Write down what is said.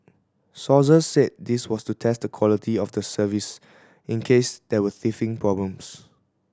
sources said this was to test the quality of the service in case there were teething problems